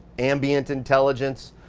ambient intelligence,